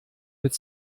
mit